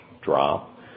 drop